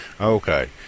Okay